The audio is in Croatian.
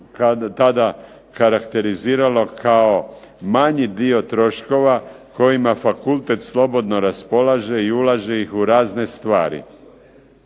tada karakteriziralo kao manji dio troškova kojima fakultet slobodno raspolaže i ulaže ih u razne stvari.